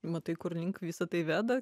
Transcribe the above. matai kur link visa tai veda